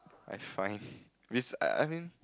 I find this I mean